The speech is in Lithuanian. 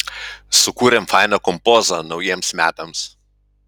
sukūrėm fainą kompozą naujiems metams